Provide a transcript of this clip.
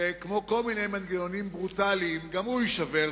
שכמו כל מיני מנגנונים ברוטליים גם הוא יישבר,